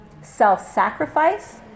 self-sacrifice